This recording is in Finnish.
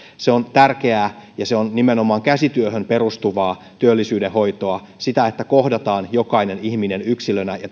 se on tärkeää ja se on nimenomaan käsityöhön perustuvaa työllisyydenhoitoa sitä että kohdataan jokainen ihminen yksilönä ja